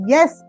Yes